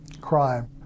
crime